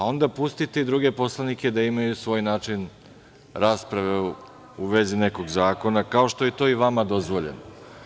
Onda pustite i druge poslanike da imaju svoj način rasprave u vezi nekog zakona, kao što je to i vama dozvoljeno.